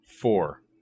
four